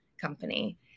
company